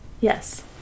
Yes